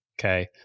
Okay